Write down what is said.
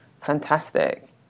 fantastic